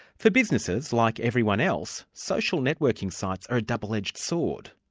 for businesses, like everyone else, social networking sites are a double-edged sword.